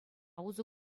усӑ